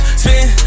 spin